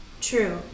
True